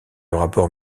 rapport